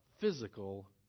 physical